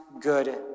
good